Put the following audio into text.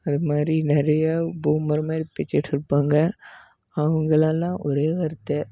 அதுமாதிரி நிறையா பூமர் மாதிரி பேசிட்டு இருப்பாங்க அவங்களெல்லாம் ஒரே வார்த்தை